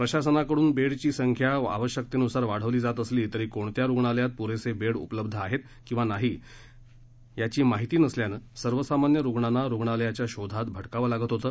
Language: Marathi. प्रशासनाकडून बेडची संख्या आवश्यकतेनुसार वाढवली जात असली तरी कोणत्या रुग्णालयात पुरेसे बेड उपलब्ध आहेत किंवा नाही याची माहिती नसल्याने सर्वसामान्य रुग्णांना रुग्णालयाच्या शोधात भटकावं लागत होत